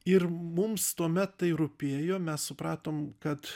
ir mums tuomet tai rūpėjo mes supratom kad